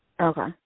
okay